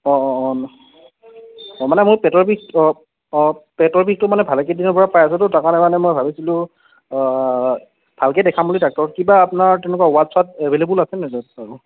অঁ অঁ অঁ মানে মোৰ পেটৰ বিষ অঁ অঁ পেটৰ বিষটো মানে ভালে কেইদিনৰপৰা পায় আছোতো তাৰকাৰণে মানে মই ভাবিছিলোঁ ভালকৈ দেখাম বুলি ডাক্টৰক কিবা আপোনাৰ তেনেকুৱা ৱাৰ্ড চোৱাৰ্ড এভেইলেবোল আছে নে নাই তাত